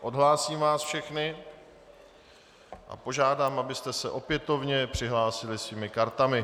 Odhlásím vás všechny a požádám, abyste se opětovně přihlásili svými kartami.